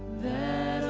the